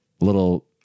little